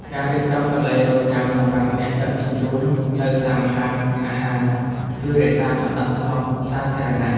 ការរៀបចំកន្លែងរង់ចាំសម្រាប់អ្នកដឹកជញ្ជូននៅតាមហាងអាហារជួយរក្សាសណ្ដាប់ធ្នាប់សាធារណៈ។